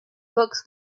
books